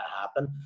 happen